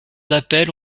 d’appel